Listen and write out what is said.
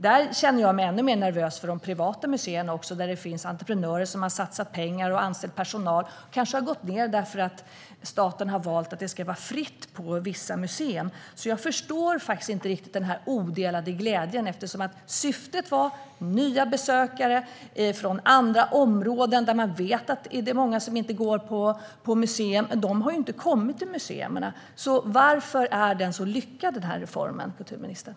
Jag känner mig ännu mer nervös för de privata museerna, där det finns entreprenörer som har satsat pengar och anställt personal och där besöksantalet kanske har gått ned för att staten har valt att det ska vara fri entré på vissa museer. Jag förstår alltså inte riktigt den här odelade glädjen eftersom syftet var nya besökare från andra områden där man vet att det är många som inte går på museum. De har inte kommit till museerna. Varför är då den här reformen så lyckad, kulturministern?